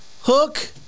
Hook